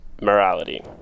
morality